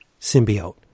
symbiote